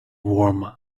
warm